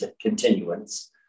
continuance